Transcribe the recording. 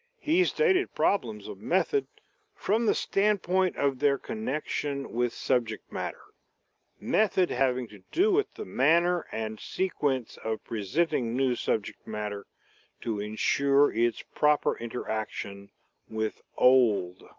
he stated problems of method from the standpoint of their connection with subject matter method having to do with the manner and sequence of presenting new subject matter to insure its proper interaction with old.